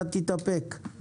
אתה תתאפק.